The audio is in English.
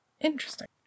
Interesting